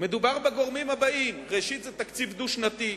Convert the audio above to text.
מדובר בגורמים הבאים: ראשית, זה תקציב דו-שנתי,